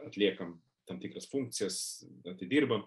atliekam tam tikras funkcijas atidirbam